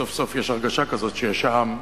סוף-סוף יש הרגשה כזאת שיש עם,